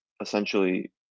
essentially